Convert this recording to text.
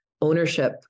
ownership